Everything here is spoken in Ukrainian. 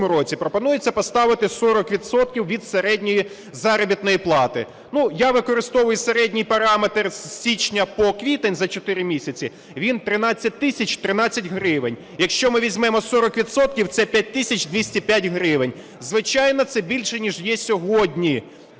в цьому році, пропонується поставити 40 відсотків від середньої заробітної плати. Я використовую середній параметр із січня по квітень, за 4 місяці, він 13 тисяч 13 гривень. Якщо ми візьмемо 40 відсотків, це 5 тисяч 205 гривень. Звичайно, це більше ніж є сьогодні